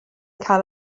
cael